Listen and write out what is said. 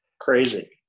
Crazy